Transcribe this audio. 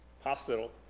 hospital